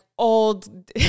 old